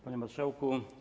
Panie Marszałku!